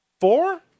four